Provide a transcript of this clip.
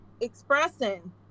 expressing